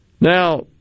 Now